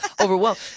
overwhelmed